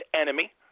enemy